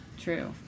True